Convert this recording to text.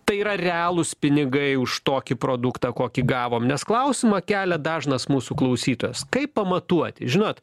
tai yra realūs pinigai už tokį produktą kokį gavom nes klausimą kelia dažnas mūsų klausytojas kaip pamatuoti žinot